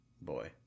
boy